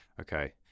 Okay